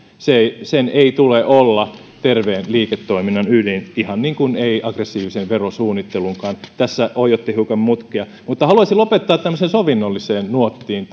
sen ei tule olla terveen liiketoiminnan ydin ihan niin kuin ei aggressiivisen verosuunnittelunkaan tässä oioitte hiukan mutkia mutta haluaisin lopettaa tämän tämmöiseen sovinnolliseen nuottiin